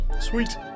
Sweet